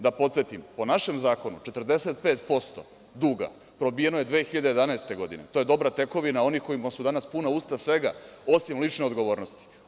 Da podsetim, po našem zakonu, 45% duga probijeno je 2011. godine, to je dobra tekovina onih kojima su danas puna usta svega, osim lične odgovornosti.